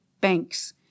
banks